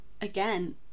again